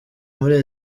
muri